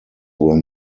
were